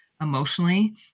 emotionally